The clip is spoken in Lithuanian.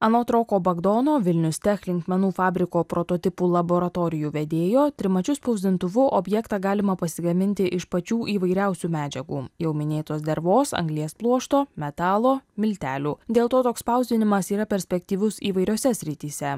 anot roko bagdono vilnius tech linkmenų fabriko prototipų laboratorijų vedėjo trimačiu spausdintuvu objektą galima pasigaminti iš pačių įvairiausių medžiagų jau minėtos dervos anglies pluošto metalo miltelių dėl to toks spausdinimas yra perspektyvus įvairiose srityse